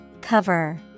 cover